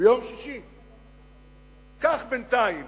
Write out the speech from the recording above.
קח בינתיים